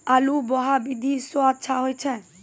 आलु बोहा विधि सै अच्छा होय छै?